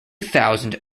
thousand